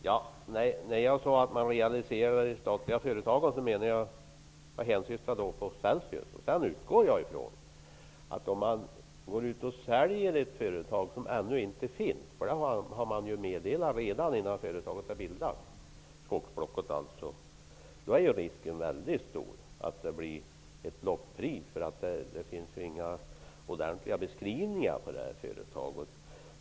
Herr talman! När jag sade att man realiserade de statliga företagen syftade jag på Celsius. Jag utgår ifrån att om man säljer ett företag som ännu inte finns -- det har man meddelat redan innan skogsblocket bildades -- är risken mycket stor att priset blir lågt. Det finns ju ingen ordentlig beskrivning av företaget.